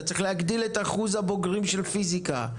אתה צריך להגדיל את אחוז הבוגרים בפיזיקה,